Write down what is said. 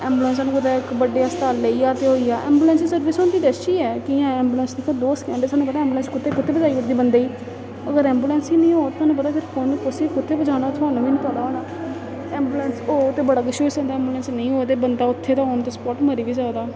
ambulance सानूं कुतै इक बड्डे अस्पताल लेई जा ते होई गेआ ऐंबुलेंस दी सर्विस होंदी ते अच्छी ऐ कि ऐंबुलेंस दिक्खो दो सकैंट सानूं पता ऐम्बलेंस कुत्थें कुत्थें पजाई ओड़दी बंदे गी अगर ऐंबुलेंस निं हो थुआनूं पता फोन कुसी कुत्थें पजाना थुआनू पता होना ऐंबुलेंस हो ते बड़ा किश होई सकदा ऐंबुलेंस नेईं होऐ ते बंदा उत्थै ते आन दा स्पाट मरी बी सकदा